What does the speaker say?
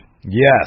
Yes